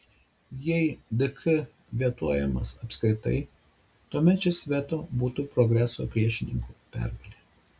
jei dk vetuojamas apskritai tuomet šis veto būtų progreso priešininkų pergalė